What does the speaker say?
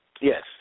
Yes